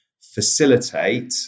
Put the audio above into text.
facilitate